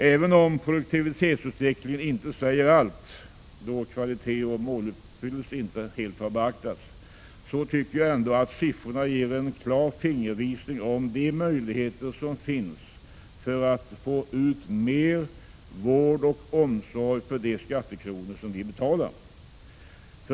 Även om produktivitetsutvecklingen inte säger allt, då kvalitet och måluppfyllelse inte helt har beaktats, tycker jag ändå att siffrorna ger en klar fingervisning om de möjligheter som finns att få ut mer vård och omsorg för de skattekronor som vi betalar.